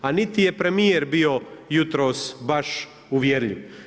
A niti je premijer bio jutros baš uvjerljiv.